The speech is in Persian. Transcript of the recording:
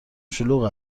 شلوغ